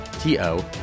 T-O